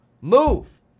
move